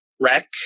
Wreck